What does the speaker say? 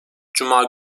cuma